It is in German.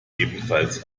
ebenfalls